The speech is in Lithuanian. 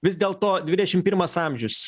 vis dėlto dvidešim pirmas amžius